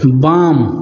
बाम